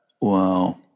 Wow